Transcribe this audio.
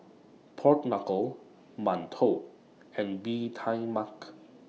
Pork Knuckle mantou and Bee Tai Mak